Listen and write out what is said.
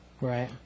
Right